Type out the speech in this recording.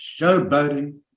showboating